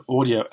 audio